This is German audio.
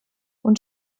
und